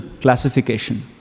classification